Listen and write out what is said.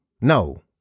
No